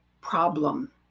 problem